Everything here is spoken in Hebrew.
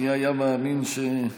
מי היה מאמין שמס'